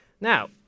Now